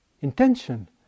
intention